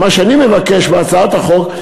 מה שאני מבקש בהצעת החוק,